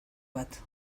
bat